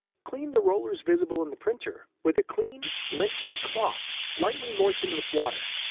clean the rollers visible in the printer with a clean, lint-free cloth lightly moistened with water.